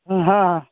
हां हां